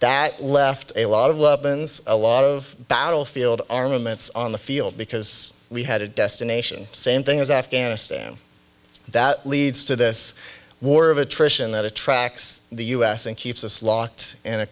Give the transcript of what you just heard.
that left a lot of lebanon's a lot of battlefield armaments on the field because we had a destination same thing as afghanistan that leads to this war of attrition that attracts the us and keeps us locked in a